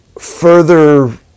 further